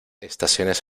estaciones